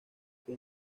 que